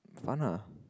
fun lah